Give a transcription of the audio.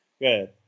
Good